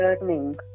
learning